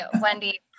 Wendy